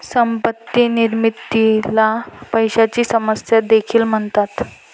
संपत्ती निर्मितीला पैशाची समस्या देखील म्हणतात